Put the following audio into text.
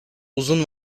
uzun